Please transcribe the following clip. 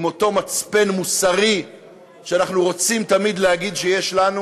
עם אותו מצפן מוסרי שאנחנו רוצים תמיד להגיד שיש לנו.